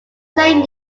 same